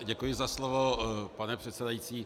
Děkuji za slovo, pane předsedající.